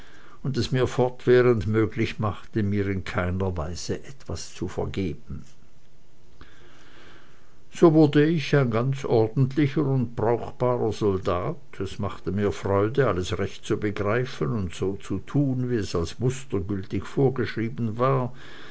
und es mir fortwährend möglich machte mir in keiner weise etwas zu vergeben so wurde ich ein ganz ordentlicher und brauchbarer soldat es machte mir freude alles recht zu begreifen und so zu tun wie es als mustergültig vorgeschrieben war